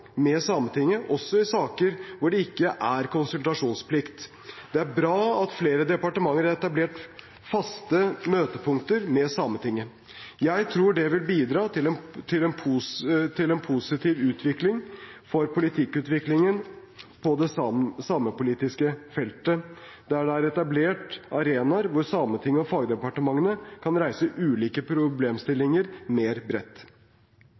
med Sametinget også i saker hvor det ikke er konsultasjonsplikt. Det er bra at flere departementer har etablert faste møtepunkter med Sametinget. Jeg tror det vil bidra positivt for politikkutviklingen på det samepolitiske feltet at det er etablert arenaer hvor Sametinget og fagdepartementene kan reise ulike problemstillinger mer bredt.